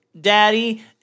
daddy